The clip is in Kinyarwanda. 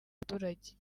baturage